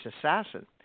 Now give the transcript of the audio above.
assassin